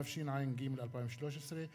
התשע"ג 2013,